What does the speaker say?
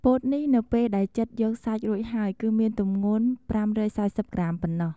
ពោតនេះនៅពេលដែលចិតយកសាច់រួចហើយគឺមានទម្ងន់ ៥៤០ក្រាម ប៉ុណ្ណោះ។